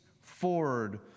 forward